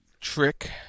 trick